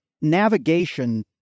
navigation